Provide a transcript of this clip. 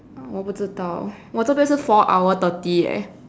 我不知道我这边是 four hour thirty leh